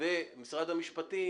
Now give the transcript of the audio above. ומשרד המשפטים,